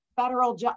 federal